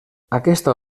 aquesta